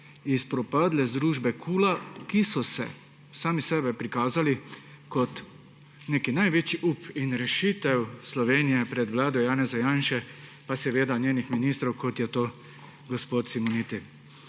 iz propadle združbe KUL, ki ste sami sebe prikazali kot neki največji up in rešitev Slovenije pred vlado Janeza Janše pa seveda njenimi ministri, kot je gospod Simoniti.